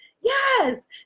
yes